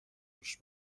روش